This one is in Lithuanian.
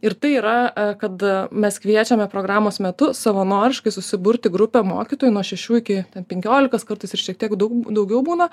ir tai yra kad mes kviečiame programos metu savanoriškai susiburti grupę mokytojų nuo šešių iki penkiolikos kartais ir šiek tiek daug daugiau būna